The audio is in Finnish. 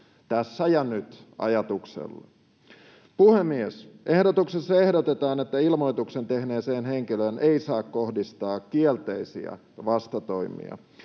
tässä ja nyt ‑ajatuksella. Puhemies! Ehdotuksessa ehdotetaan, että ilmoituksen tehneeseen henkilöön ei saa kohdistaa kielteisiä vastatoimia.